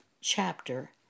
chapter